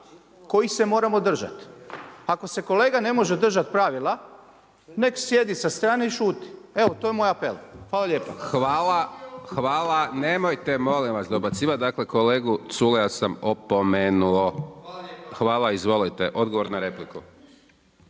kojih se moramo držat. Ako se kolega ne može držat pravila, nek sjedi sa strane i šuti. Evo to je moj apel. Hvala lijepo. **Hajdaš Dončić, Siniša (SDP)** Hvala, hvala. Nemojte molim vas dobacivat. Dakle, kolegu Culeja sam opomenuo. Hvala, izvolite, odgovor na repliku.